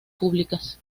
públicas